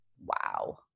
Wow